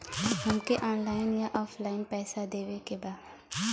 हमके ऑनलाइन या ऑफलाइन पैसा देवे के बा?